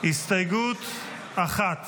עידן רול, יוראי להב הרצנו, ולדימיר בליאק,